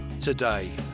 today